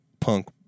Punk